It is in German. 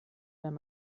wenn